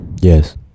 Yes